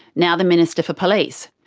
now the minister for police.